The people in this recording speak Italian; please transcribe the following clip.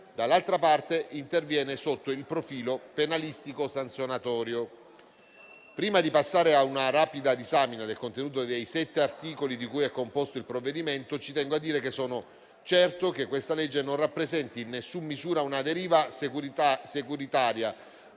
dall'altra parte, interviene sotto il profilo penalistico sanzionatorio. Prima di passare a una rapida disamina del contenuto dei sette articoli di cui è composto il provvedimento, ci tengo a dire che sono certo che questa legge non rappresenti in nessuna misura una deriva securitaria,